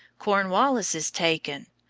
cornwallis is taken!